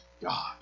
God